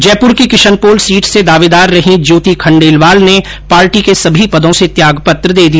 जयप्र की किषनपोल सीट से दावेदार रहीं ज्योति खंडेलवाल ने पार्टी के सभी पदों से त्यागपत्र दे दिया